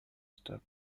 stop